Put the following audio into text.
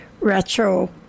retro